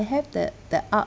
have the the art